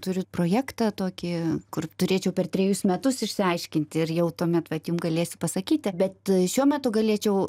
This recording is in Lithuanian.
turiu projektą tokį kur turėčiau per trejus metus išsiaiškinti ir jau tuomet vat jum galėsiu pasakyti bet šiuo metu galėčiau